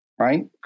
right